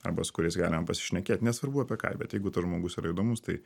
arba su kuriais galima pasišnekėt nesvarbu apie ką bet jeigu tas žmogus yra įdomus tai